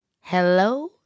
Hello